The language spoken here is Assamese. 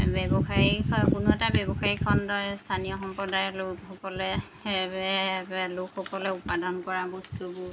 ব্যৱসায়িক কোনো এটা ব্যৱসায়িক খণ্ডই স্থানীয় সম্প্ৰদায় লোকসকলে লোকসকলে উৎপাদন কৰা বস্তুবোৰ